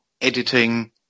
editing